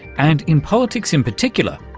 and in politics, in particular,